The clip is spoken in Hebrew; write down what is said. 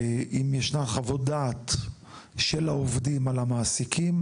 אם ישנן, חוות דעת של העובדים על המעסיקים?